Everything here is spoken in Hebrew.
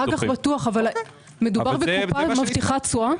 אג"ח בטוח אבל הקופה מבטיחה תשואה?